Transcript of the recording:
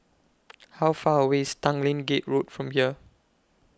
How Far away IS Tanglin Gate Road from here